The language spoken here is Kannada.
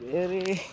ಬೇರೆ